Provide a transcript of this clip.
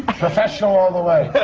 professional all the way.